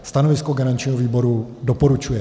Stanovisko garančního výboru: doporučuje.